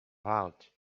out